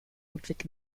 ludwig